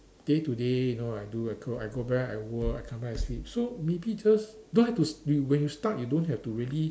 day to day you know I do I go I go back I work I come back I sleep so maybe just don't have to s~ when you start you don't have to really